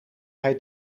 hij